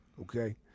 okay